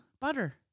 Butter